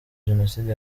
jenoside